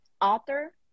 author